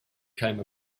came